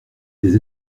des